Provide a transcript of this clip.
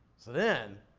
so then,